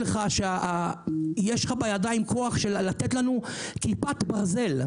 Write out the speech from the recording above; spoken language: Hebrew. יש לך בידיים כוח לתת לנו כיפת ברזל,